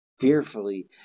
fearfully